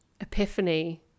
epiphany